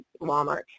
walmart